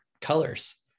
colors